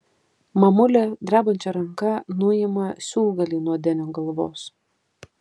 mamulė drebančia ranka nuima siūlgalį nuo denio galvos